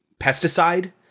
pesticide